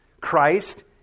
Christ